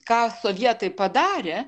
ką sovietai padarė